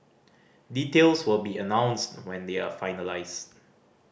details will be announced when they are finalised